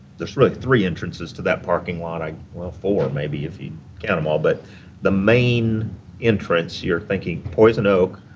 there's really three entrances to that parking lot, i well, four, maybe, if you count them all, but the main entrance, you're thinking poison oak,